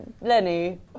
Lenny